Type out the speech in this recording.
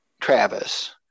Travis